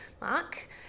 Mark